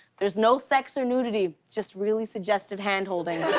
there's no sex or nudity, just really suggestive hand holding.